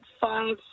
five